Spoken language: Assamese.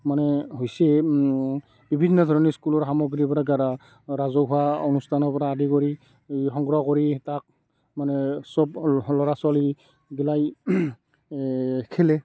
মানে হৈছে বিভিন্ন ধৰণে স্কুলৰ সামগ্ৰী ৰাজহুৱা অনুষ্ঠানৰ পৰা আদি কৰি এই সংগ্ৰহ কৰি তাক মানে সব হ ল'ৰা ছোৱালীগিলাই খেলে